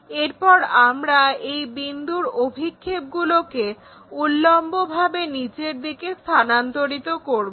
এরপর আমরা এই বিন্দুর অভিক্ষেপগুলোকে উল্লম্বভাবে নিচের দিকে স্থানান্তরিত করব